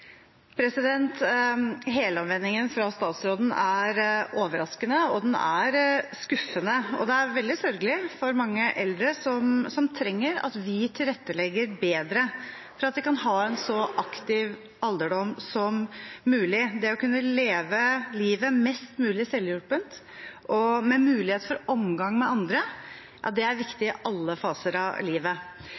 fra statsråden er overraskende, og den er skuffende, og den er veldig sørgelig for mange eldre som trenger at vi tilrettelegger bedre for at de kan ha en så aktiv alderdom som mulig. Det å kunne leve livet mest mulig selvhjulpent og med mulighet for omgang med andre er viktig i alle faser av livet.